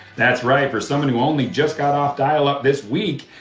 that's right, for someone who only just got off dial up this week,